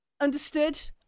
understood